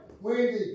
Wendy